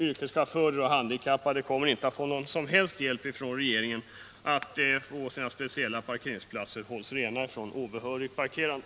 Yrkeschaufförer och handikappade kommer inte att få någon som helst hjälp från regeringen för att deras speciella parkeringsplatser skall kunna hållas rena från obehörigt parkerande.